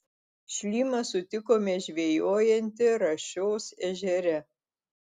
šlymą sutikome žvejojantį rašios ežere